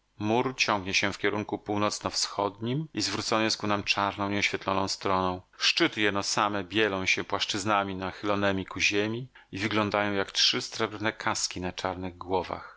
mur ciągnie się w kierunku północno-wschodnim i zwrócony jest ku nam czarną nieoświetloną stroną szczyty jeno same bielą się płaszczyznami nachylonemi ku ziemi i wyglądają jak trzy srebrne kaski na czarnych głowach